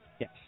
Yes